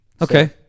Okay